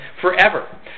forever